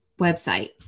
website